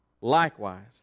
Likewise